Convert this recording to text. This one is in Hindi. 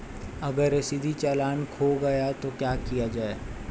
अगर रसीदी चालान खो गया तो क्या किया जाए?